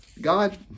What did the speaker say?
god